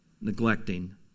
neglecting